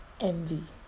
envy